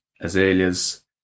azaleas